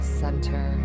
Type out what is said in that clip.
center